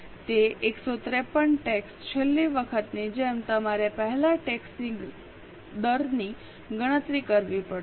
તે 153 ટેક્સ છેલ્લી વખતની જેમ તમારે પહેલા ટેક્સ દરની ગણતરી કરવી પડશે